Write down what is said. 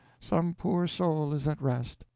some poor soul is at rest.